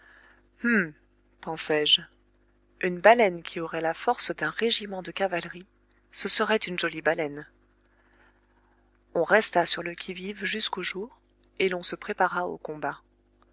pensai-je une baleine qui aurait la force d'un régiment de cavalerie ce serait une jolie baleine on resta sur le qui-vive jusqu'au jour et l'on se prépara au combat